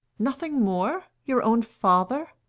nothing more! your own father!